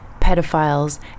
pedophiles